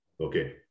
Okay